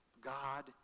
God